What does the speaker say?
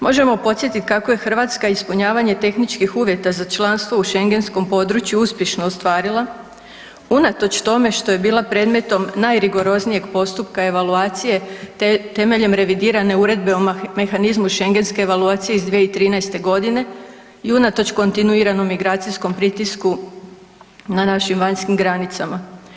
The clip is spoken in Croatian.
Možemo podsjetiti kako je Hrvatska ispunjavanje tehničkih uvjeta za članstvo u Schengenskom području uspješno ostvarila unatoč tome što je bila predmetom najrigoroznijeg postupka evaluacije temeljem revidirane uredbe o mehanizmu Schengenske evaluacije iz 2013. godine i unatoč kontinuiranom migracijskog pritisku na našim vanjskim granicama.